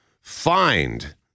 find